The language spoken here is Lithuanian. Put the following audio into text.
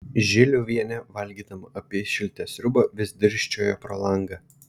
žiliuvienė valgydama apyšiltę sriubą vis dirsčiojo pro langą